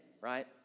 right